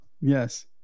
Yes